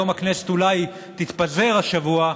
הכנסת אולי תתפזר השבוע,